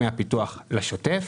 מהפיתוח לשוטף.